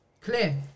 clear